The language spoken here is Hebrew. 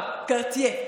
קרטייה.